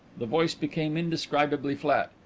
the voice became indescribably flat.